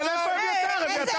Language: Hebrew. אתה